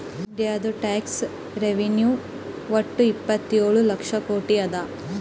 ಇಂಡಿಯಾದು tax revenue ವಟ್ಟ ಇಪ್ಪತ್ತೇಳು ಲಕ್ಷ ಕೋಟಿ ಅದಾ